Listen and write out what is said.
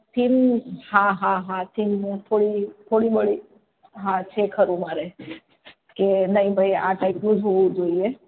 theme હા હા હા થીમ હું થોડુ થોડી ઘણી હા છે ખરું મારે કે નહીં ભાઈ આ ટાઇપનું જ હોવું જોઈએ